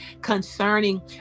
concerning